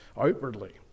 outwardly